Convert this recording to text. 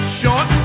short